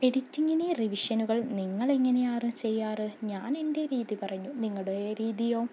എഡിറ്റിങ്ങിന് റിവിഷനുകൾ നിങ്ങളെങ്ങനെയാണ് ചെയ്യാറുള്ളത് ഞാൻ എൻ്റെ രീതി പറഞ്ഞു നിങ്ങളുടെ രീതിയോ